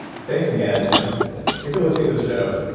thanks again and if you're listening to the show,